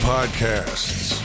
Podcasts